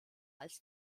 als